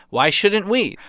why shouldn't we?